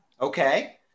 Okay